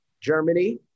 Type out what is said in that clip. Germany